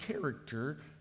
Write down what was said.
character